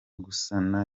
gusana